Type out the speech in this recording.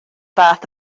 fath